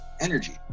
energy